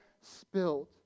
spilled